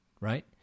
right